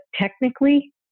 technically